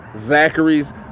Zachary's